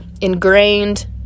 ingrained